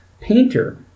painter